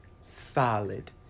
Solid